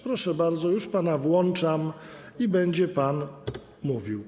Proszę bardzo, już pana włączam i będzie pan mógł mówić.